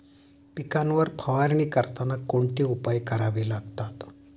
पिकांवर फवारणी करताना कोणते उपाय करावे लागतात?